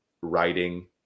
writing